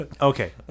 Okay